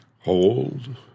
hold